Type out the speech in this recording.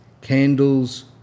candles